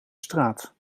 straat